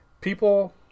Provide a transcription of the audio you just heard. people